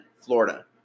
Florida